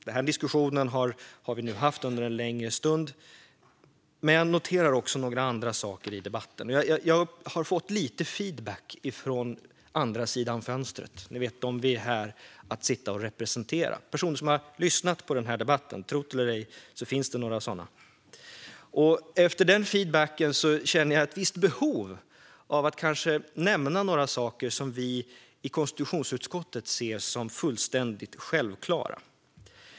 Denna diskussion har vi nu haft en längre stund, men jag noterar också några andra saker i debatten. Jag har fått lite feedback från andra sidan fönstret - ni vet, från dem som vi sitter här och representerar, nämligen personer som har lyssnat på debatten. Tro det eller ej, men det finns några sådana. Efter denna feedback känner jag ett visst behov av att nämna några saker som vi i konstitutionsutskottet ser som fullständigt självklara.